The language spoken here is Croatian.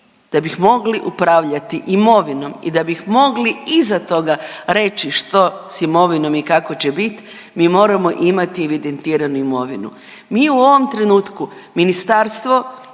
da bih mogli upravljati imovinom i da bih mogli iza toga reći što s imovinom i kako će bit, mi moramo imati evidentiranu imovinu. Mi u ovom trenutku ministarstvo